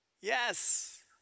Yes